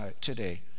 today